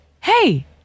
hey